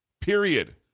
Period